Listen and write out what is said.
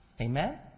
Amen